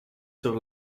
sur